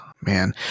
Man